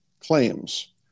claims